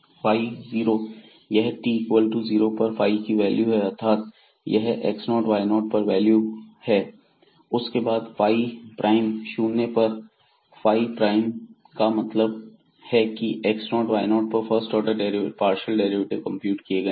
phi 0 यह t equal to zero पर phi की वैल्यू है अर्थात यह x0 y0 पर वैल्यू है उसके बाद फाइ प्राइम शून्य पर फाइ प्राइम का मतलब है की x0 y0 पर first order partial derivative compute किए गए हैं